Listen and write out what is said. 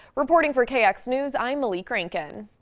reporting for kx news, i'm malique rankin.